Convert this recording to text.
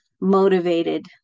motivated